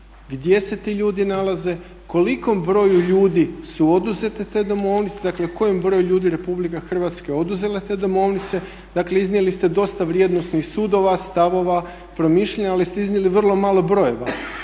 Gdje se ti ljudi nalaze, kolikom broju ljudi su oduzete te domovnice, dakle kojem broju ljudi Republika Hrvatska je oduzela te domovnice. Dakle iznijeli ste dosta vrijednosnih sudova, stavova, promišljanja, ali ste iznijeli vrlo malo brojeva.